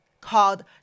called